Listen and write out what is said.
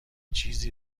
چیزی